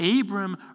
Abram